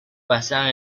pasan